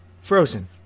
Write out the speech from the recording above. Frozen